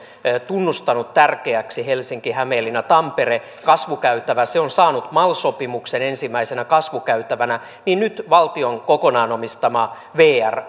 tunnustanut tärkeäksi helsinki hämeenlinna tampere kasvukäytävä on saanut mal sopimuksen ensimmäisenä kasvukäytävänä niin nyt valtion kokonaan omistama vr